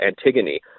Antigone